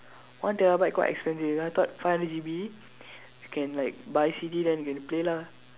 one terabyte quite expensive I thought five hundred G_B can like buy C_D then you can play lah